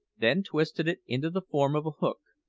then twisted it into the form of a hook.